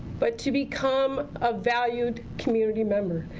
but to become a valued community member.